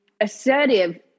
assertive